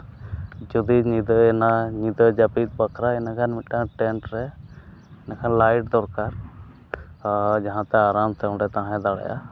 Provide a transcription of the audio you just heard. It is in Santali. ᱡᱩᱫᱤ ᱧᱤᱫᱟᱹᱭᱱᱟ ᱧᱤᱫᱟᱹ ᱡᱟᱹᱯᱤᱫ ᱵᱟᱠᱷᱨᱟ ᱤᱱᱟᱹ ᱠᱷᱟᱱ ᱢᱤᱫᱴᱟᱝ ᱴᱮᱱᱴ ᱨᱮ ᱤᱱᱟᱹ ᱠᱷᱟᱱ ᱞᱟᱭᱤᱴ ᱫᱚᱨᱠᱟᱨ ᱦᱚᱸ ᱡᱟᱦᱟᱸᱛᱮ ᱟᱨᱟᱢᱛᱮ ᱚᱸᱰᱮ ᱛᱟᱦᱮᱸ ᱫᱟᱲᱮᱭᱟᱜᱼᱟ